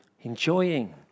enjoying